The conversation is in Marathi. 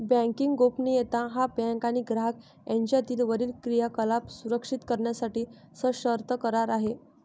बँकिंग गोपनीयता हा बँक आणि ग्राहक यांच्यातील वरील क्रियाकलाप सुरक्षित करण्यासाठी सशर्त करार आहे